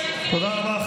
תודה רבה.